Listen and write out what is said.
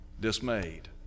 dismayed